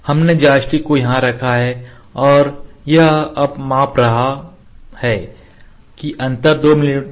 हमने जॉयस्टिक को यहां रखा है और यह अब माप रहा है कि अंतर 2 मिमी है